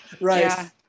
right